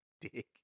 dick